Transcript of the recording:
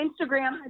Instagram